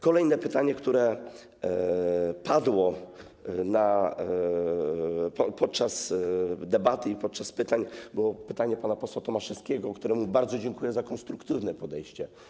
Kolejne pytanie, które padło podczas debaty i podczas pytań, to było pytanie pana posła Tomaszewskiego, któremu bardzo dziękuję za konstruktywne podejście.